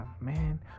man